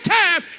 time